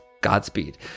godspeed